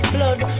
Blood